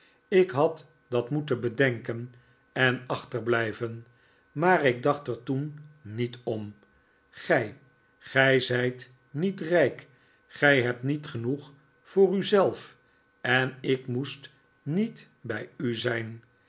ik had dat moeten bedenken en achterblijven maar ik dacht er toen niet om gij gij zijt niet rijk gij hebt niet genoeg voor u zelf en ik moest niet bij u zijn